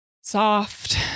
soft